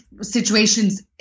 situations